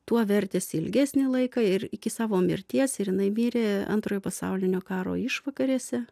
tuo vertėsi ilgesnį laiką ir iki savo mirties ir jinai mirė antrojo pasaulinio karo išvakarėse